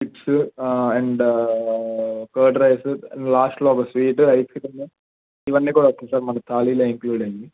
chips and curd rice లాస్ట్లో ఒక sweet ice cream ఇవన్నీ కూడా వస్తుంది సార్ మనకు థాలిలో ఇంక్లూడ్ అండి